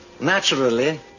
Naturally